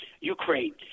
Ukraine